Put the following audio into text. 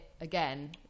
again